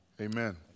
Amen